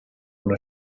una